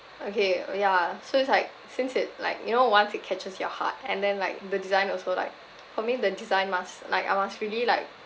okay oh ya so it's like since it like you know once it catches your heart and then like the design also like for me the design must like I must really like